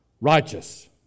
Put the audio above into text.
righteous